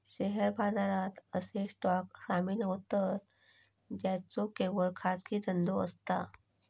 share बाजारात असे stock सामील होतं ज्यांचो केवळ खाजगी धंदो असता